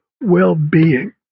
well-being